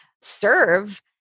serve